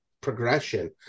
progression